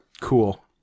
Cool